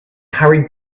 hurried